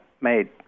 made